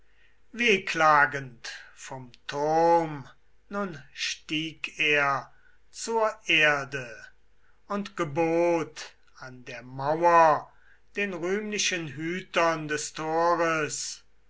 wehklagend vom turm nun stieg er zur erde und gebot an der mauer den rühmlichen hütern des tores